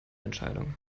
entscheidung